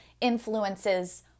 influences